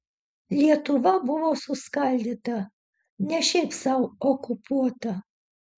lietuva buvo suskaldyta ne šiaip sau okupuota